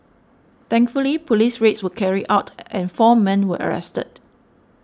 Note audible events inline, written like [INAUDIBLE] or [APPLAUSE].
thankfully police raids were carried out [HESITATION] and four men were arrested